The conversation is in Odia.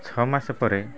ଛଅ ମାସ ପରେ